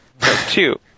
two